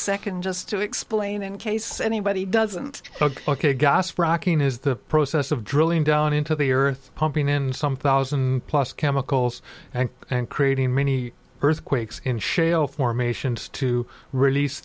second just to explain in case anybody doesn't look like a gas fracking is the process of drilling down into the earth pumping in some thousand plus chemicals and and creating many earthquakes in shale formations to release